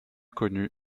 connue